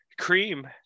cream